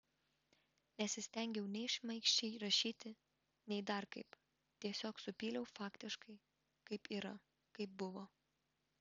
nesistengiau nei šmaikščiai rašyti nei dar kaip tiesiog supyliau faktiškai kaip yra kaip buvo